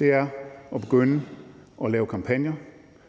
er at begynde at lave kampagner,